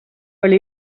oli